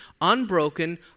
unbroken